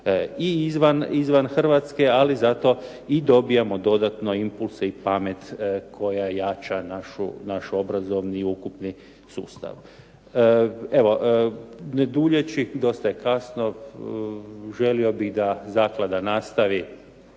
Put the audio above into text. i izvan Hrvatske. Ali zato i dobijamo dodatno impulse i pamet koja jača naš obrazovni i ukupni sustav. Evo, ne duljeći dosta je kasno. Želio bih da zaklada nastavi